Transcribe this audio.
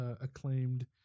acclaimed